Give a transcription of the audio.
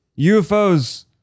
UFOs